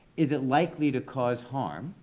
is it likely to cause harm,